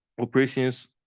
operations